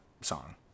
song